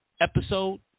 episode